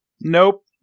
Nope